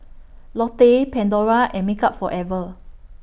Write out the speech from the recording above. Lotte Pandora and Makeup Forever